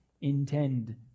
intend